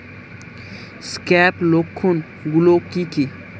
Scab লক্ষণ গুলো কি কি?